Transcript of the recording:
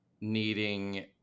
needing